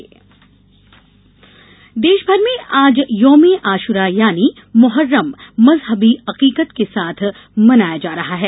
मोहर्रम देशमर में आज यौमे आशुरा यानी मुहर्रम मज़हबी अकीकत के साथ मनाया जा रहा है